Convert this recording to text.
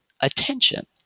attention